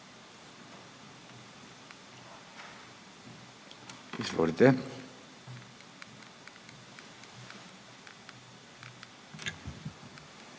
Izvolite.